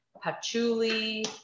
patchouli